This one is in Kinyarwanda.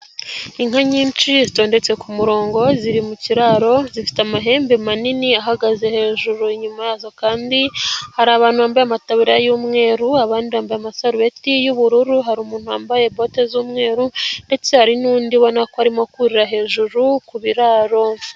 Inka nyinshi zitondetse ku murongo ziri mu kiraro, zifite amahembe manini ahagaze hejuru, inyuma yazo kandi hari abantu bambaye amatabera y'umweru, abandi yambaye amasarubeti y'ubururu, hari umuntu wambaye bote z'umweru ndetse hari n'undi ubona ko arimo kurira hejuru ku biraro.